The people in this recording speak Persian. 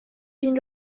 این